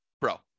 bro